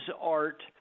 art